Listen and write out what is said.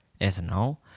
ethanol